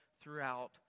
throughout